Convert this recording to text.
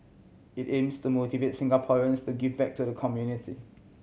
it aims to motivate Singaporeans to give back to the community